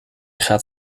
gaat